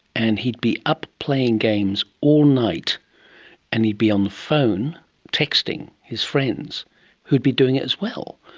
and he'd be up playing games all night and he'd be on the phone texting his friends who would be doing it as well,